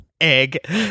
Egg